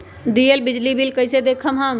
दियल बिजली बिल कइसे देखम हम?